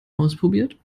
ausprobiert